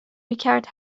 میکرد